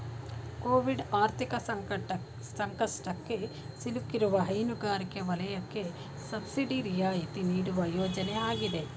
Covid ಆರ್ಥಿಕ ಸಂಕಷ್ಟಕ್ಕೆ ಸಿಲುಕಿರುವ ಹೈನುಗಾರಿಕೆ ವಲಯಕ್ಕೆ ಸಬ್ಸಿಡಿ ರಿಯಾಯಿತಿ ನೀಡುವ ಯೋಜನೆ ಆಗಿದೆ